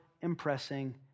impressing